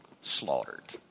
slaughtered